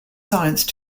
science